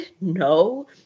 No